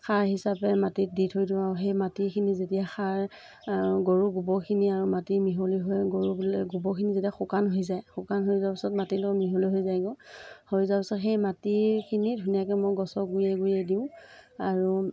সাৰ হিচাপে মাটিত দি থৈ দিওঁ আৰু সেই মাটিখিনি যেতিয়া সাৰ গৰু গোবৰখিনি আৰু মাটি মিহলি হৈ গৰুবিলাক গোবৰখিনি যেতিয়া শুকান হৈ যায় শুকান হৈ যোৱাৰ পিছত মাটিৰ লগত মিহলি হৈ যায়গৈ হৈ যোৱাৰ পিছত সেই মাটিখিনি ধুনীয়াকৈ মই গছৰ গুৰিয়ে গুৰিয়ে দিওঁ আৰু